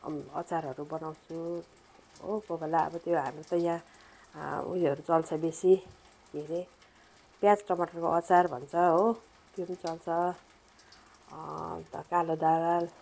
अचारहरू बनाउँछु हो कोही बेला त्यो हाम्रो त यहाँ उयोहरू चल्छ बेसी के अरे प्याज टमाटरको अचार भन्छ हो त्यो पनि चल्छ अन्त कालो दाल